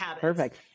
Perfect